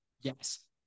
Yes